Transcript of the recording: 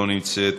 לא נמצאת.